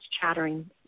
chattering